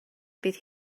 bydd